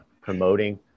promoting